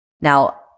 Now